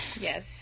Yes